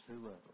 whoever